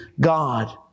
God